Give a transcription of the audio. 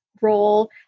role